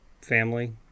family